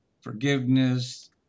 forgiveness